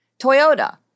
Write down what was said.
Toyota